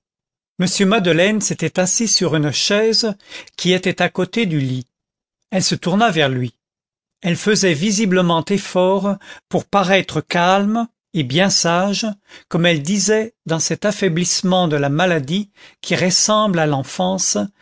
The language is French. m madeleine s'était assis sur une chaise qui était à côté du lit elle se tourna vers lui elle faisait visiblement effort pour paraître calme et bien sage comme elle disait dans cet affaiblissement de la maladie qui ressemble à l'enfance